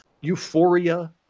euphoria